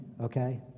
Okay